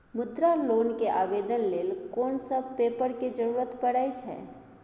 मुद्रा लोन के आवेदन लेल कोन सब पेपर के जरूरत परै छै?